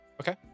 Okay